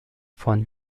von